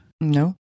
No